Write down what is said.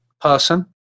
person